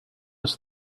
just